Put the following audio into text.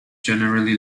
generally